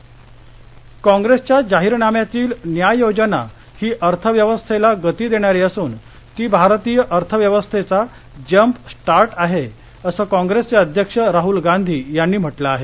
राहल काँग्रसच्या जाहीरनाम्यातील न्याय योजना ही अर्थव्यवस्थेला गती देणारी असून ती भारतीय अर्थव्यवस्थेचा जम्प स्टार्ट असेल असं काँग्रेसचे अध्यक्ष राहूल गांधी यांनी म्हटलं आहे